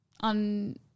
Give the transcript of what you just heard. on